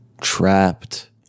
trapped